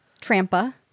Trampa